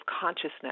consciousness